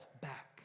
back